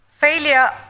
Failure